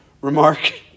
remark